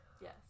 Yes